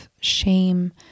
shame